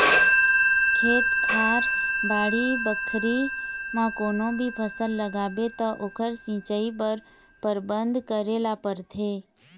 खेत खार, बाड़ी बखरी म कोनो भी फसल लगाबे त ओखर सिंचई बर परबंध करे ल परथे